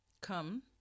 Come